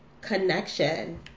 connection